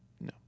no